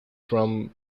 from